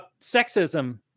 sexism